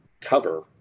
cover